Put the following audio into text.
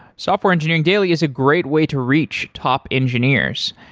software engineering daily is a great way to reach top engineers.